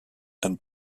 and